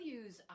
use